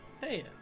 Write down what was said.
Hey